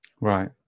Right